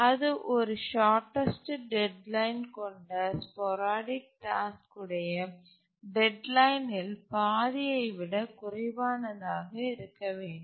அது ஒரு shortest deadline கொண்ட ஸ்போரடிக் டாஸ்க் உடைய டெட் லைனில் பாதியை விட குறைவானதாக இருக்க வேண்டும்